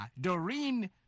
Doreen